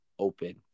open